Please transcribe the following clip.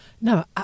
No